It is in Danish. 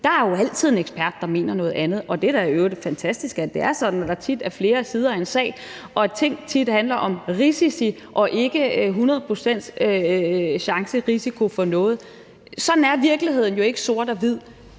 Der er jo altid en ekspert, der mener noget andet, og det er da i øvrigt fantastisk, at det er sådan, at der tit er flere sider af en sag, og at ting tit handler om risici og ikke hundrede procents chance/risiko for noget. Sådan er virkeligheden jo ikke sort og hvid,